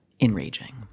enraging